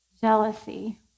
jealousy